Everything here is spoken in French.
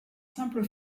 simple